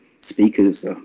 speakers